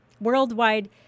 worldwide